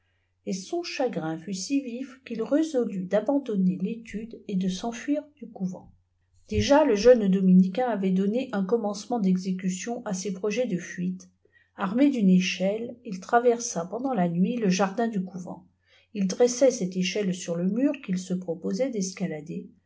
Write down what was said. et son chagrin fut si vif qu'il résolut d'aban donner l'étude et de s'enfuir du couvent déjà le jeune dominicain avait donné un commencement dexécution à ses projets de fuite armé d'une échelle il traversa pendant la nuit le jardin du couvent il dressait celte échelle sur le mur qu'il se proposait d'escalader